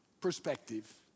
perspective